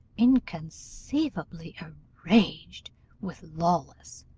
inconceivably enraged with lawless,